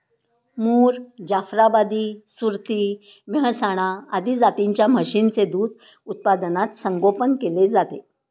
मुर, जाफराबादी, सुरती, मेहसाणा आदी जातींच्या म्हशींचे दूध उत्पादनात संगोपन केले जाते